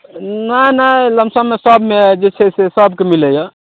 नहि नहि लमसममे सबमे जे छै से सबके मिलैए